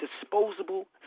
disposable